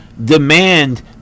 Demand